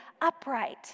upright